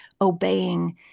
obeying